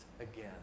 Again